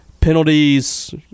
Penalties